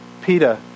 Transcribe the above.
Peter